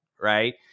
Right